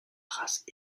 race